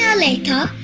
later,